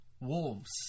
Wolves